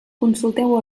consulteu